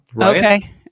Okay